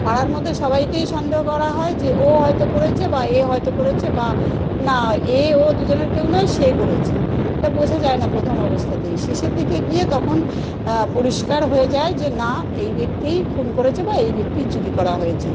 পাড়ার মধ্যে সবাইকেই সন্দেহ করা হয় যে ও হয়তো করেছে বা এ হয়তো করেছে বা না এ ও দুজনের কেউ নয় সে করেছে এটা বোঝা যায় না প্রথম অবস্থাতেই শেষের দিকে গিয়ে তখন পরিষ্কার হয়ে যায় যে না এই ব্যক্তিই খুন করেছে বা এই ব্যক্তিই চুরি করা হয়েছে